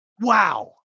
Wow